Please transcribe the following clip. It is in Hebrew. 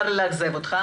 צר לי לאכזב אותך,